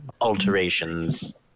alterations